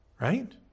right